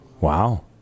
Wow